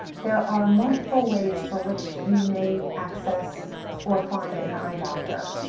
there are multiple ways for which you may access or find an eye doctor.